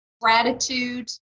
gratitude